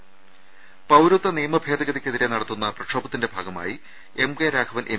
അക്ഷക്കുക്കുള്ള പൌരത്വ നിയമ ഭേദഗതിയ്ക്കെതിരെ നടത്തുന്ന പ്രക്ഷോഭത്തിന്റെ ഭാഗമായി എം കെ രാഘവൻ എം